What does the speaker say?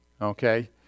Okay